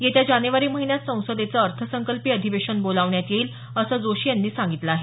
येत्या जानेवारी महिन्यात संसदेचं अर्थसंकल्पीय अधिवेशन बोलावण्यात येईल असं जोशी यांनी सांगितलं आहे